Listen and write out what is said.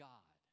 God